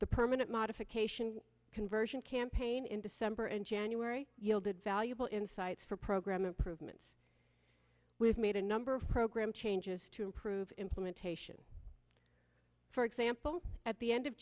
the permanent modification conversion campaign in december and january yielded valuable insights for program improvements we have made a number of programs changes to improve implementation for example at the end of